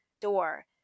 door